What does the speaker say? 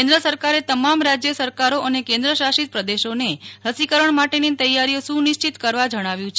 કેન્દ્ર સરકારે તમામ રાજ્ય સરકારો અને કેન્દ્રશાસિત પ્રદેશોને રસીકરણ માટેની તૈયારીઓ સુનિશ્ચિત કરવા જણાવ્યું છે